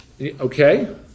Okay